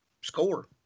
score